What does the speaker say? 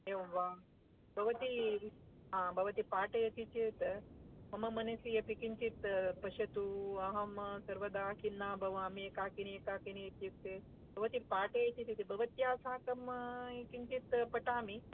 एवं वा भवती भवती पठयति चेत् मम मनसि अपि किञ्चित् पश्यतु अहं सर्वदा खिन्ना भवामि एकाकिनी एकाकिनी इत्युक्ते भवती पाठयति चेत् भवत्याः साकं किञ्चित् पठामि